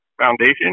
foundation